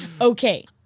Okay